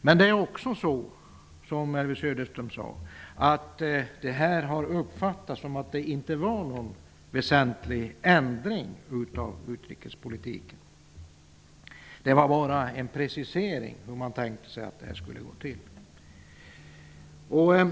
Det här har också, som Elvy Söderström sade, uppfattats så att det inte är fråga om någon väsentlig ändring av utrikespolitiken, utan bara en precisering av hur man tänker sig att det skall gå till.